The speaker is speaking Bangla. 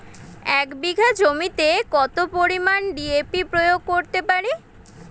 এক বিঘা জমিতে কত পরিমান ডি.এ.পি প্রয়োগ করতে পারি?